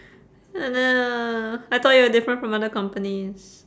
oh no I thought you were different from other companies